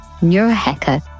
Neurohacker